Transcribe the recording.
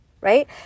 right